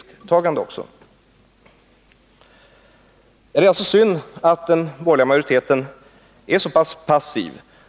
Det är ju också fråga om ett risktagande. Det är alltså synd att den borgerliga majoriteten är så passiv.